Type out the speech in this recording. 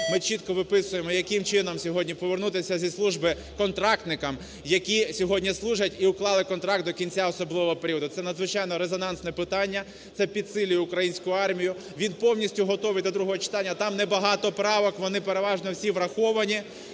ми чітко виписуємо, яким чином сьогодні повернутися зі служби контрактникам, які сьогодні служать і уклали контракт до кінця особливого періоду. Це надзвичайно резонансне питання, це підсилює українську армію. Він повністю готовий до другого читання, там не багато правок, вони переважно всі враховані.